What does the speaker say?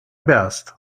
best